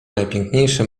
najpiękniejszy